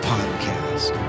Podcast